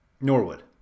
Norwood